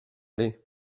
l’est